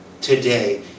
Today